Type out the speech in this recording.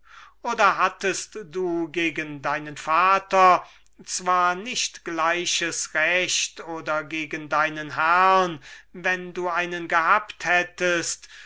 oder hattest du gegen deinen vater zwar nicht gleiches recht oder gegen deinen herrn wenn du einen gehabt hättest